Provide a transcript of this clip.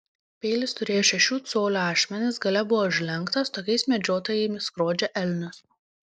peilis turėjo šešių colių ašmenis gale buvo užlenktas tokiais medžiotojai skrodžia elnius